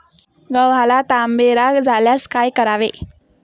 गव्हाला तांबेरा झाल्यास काय करावे?